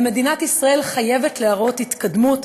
אבל מדינת ישראל חייבת להראות התקדמות